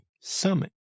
summit